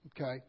okay